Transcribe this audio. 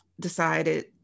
decided